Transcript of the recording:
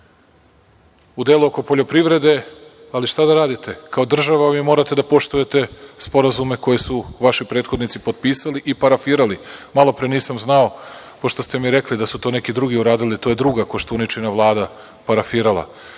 u delu oko poljoprivrede, ali šta da radite, kao država vi morate da poštujete sporazume koje su vaši prethodnici potpisali i parafirali. Malo pre nisam znao pošto ste mi rekli da su to neki drugi uradili, to je druga Koštuničina Vlada parafirala.